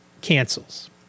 cancels